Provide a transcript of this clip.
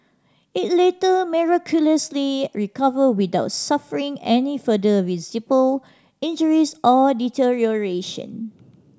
it later miraculously recovered without suffering any further visible injuries or deterioration